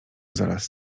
zaraz